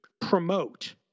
promote